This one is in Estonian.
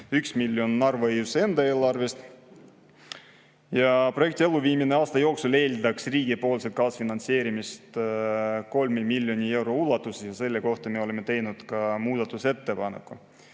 1 miljon Narva-Jõesuu enda eelarvest. Projekti elluviimine aasta jooksul eeldaks riigipoolset kaasfinantseerimist 3 miljoni euro ulatuses ja selle kohta me oleme teinud ka muudatusettepaneku. Mitmed